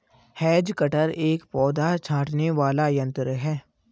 has cutter एक पौधा छाँटने वाला यन्त्र है